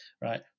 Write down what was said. right